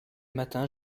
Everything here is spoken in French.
matin